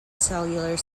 cellular